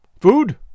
Food